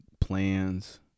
plans